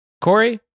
Corey